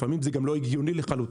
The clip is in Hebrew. לפעמים זה גם לא הגיוני לחלוטין.